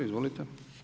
Izvolite.